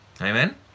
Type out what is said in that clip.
Amen